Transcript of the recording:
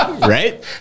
Right